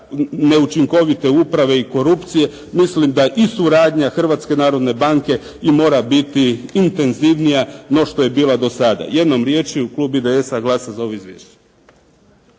neučinkovite uprave i korupcije mislim da i suradnja Hrvatske narodne banke i mora biti intenzivnija no što je bila do sada. Jednom riječju Klub IDS-a glasa za ovo izvješće.